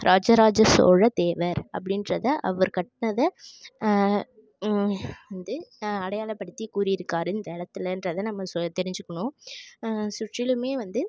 ராஜராஜ சோழ தேவர் அப்படின்றத அவர் கட்டினத வந்து அடையாளப்படுத்தி கூறி இருக்கார் இந்த இடத்துலன்றத நம்ப சொ தெரிஞ்சிக்கணும் சுற்றிலுமே வந்து